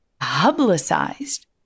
publicized